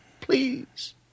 please